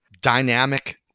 dynamic